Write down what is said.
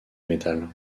métal